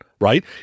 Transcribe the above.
right